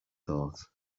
thought